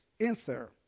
answer